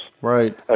Right